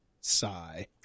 Sigh